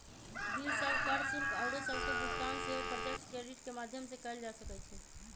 bill सभ, कर, शुल्क आउरो सभके भुगतान सेहो प्रत्यक्ष क्रेडिट के माध्यम से कएल जा सकइ छै